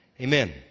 Amen